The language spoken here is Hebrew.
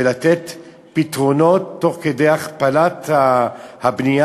ולתת פתרונות תוך כדי הכפלה שלהם,